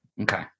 Okay